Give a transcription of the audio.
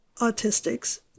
autistics